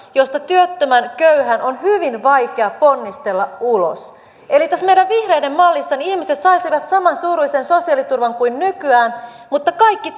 josta työttömän köyhän on hyvin vaikea ponnistella ulos eli tässä meidän vihreiden mallissa ihmiset saisivat saman suuruisen sosiaaliturvan kuin nykyään mutta kaikki